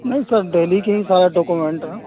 نہیں سر دہلی کے ہی سارے ڈاکو منٹ ہیں